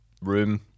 room